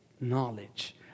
knowledge